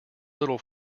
little